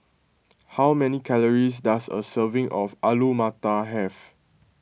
how many calories does a serving of Alu Matar have